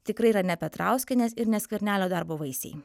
tikrai yra ne petrauskienės ir ne skvernelio darbo vaisiai